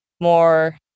more